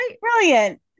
Brilliant